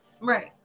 Right